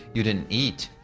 you didn't eat.